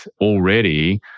already